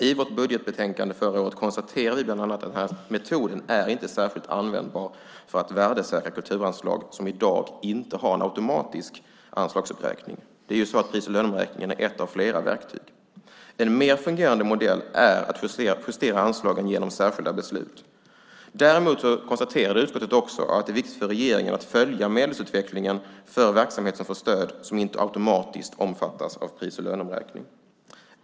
I vårt budgetbetänkande förra året konstaterade vi bland annat att den här metoden inte är särskilt användbar för att värdesäkra kulturanslag som i dag inte har en automatisk anslagsuppräkning. Pris och löneomräkningen är ett av flera verktyg. En mer fungerande modell är att justera anslagen genom särskilda beslut. Däremot konstaterade utskottet att regeringen har att följa medelsutvecklingen för verksamheter som får stöd men som inte automatiskt omfattas av pris och löneomräkning.